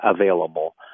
available